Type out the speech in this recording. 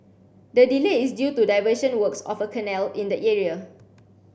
the delay is due to diversion works of a canal in the area